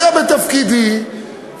היה בתפקידי,